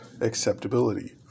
acceptability